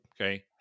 Okay